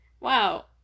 Wow